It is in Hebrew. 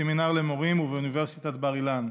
בסמינר למורים ובאוניברסיטת בר אילן.